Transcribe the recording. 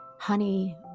Honey